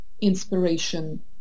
inspiration